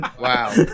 Wow